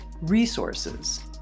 resources